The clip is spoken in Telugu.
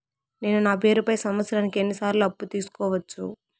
నేను నా పేరుపై సంవత్సరానికి ఎన్ని సార్లు అప్పు తీసుకోవచ్చు?